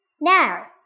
Now